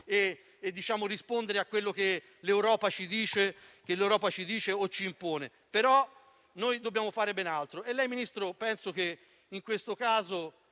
da rispondere a ciò che l'Europa ci dice o ci impone, però noi dobbiamo fare ben altro e lei, Ministro, penso che in questo caso